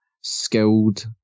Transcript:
skilled